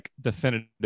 definitive